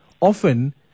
often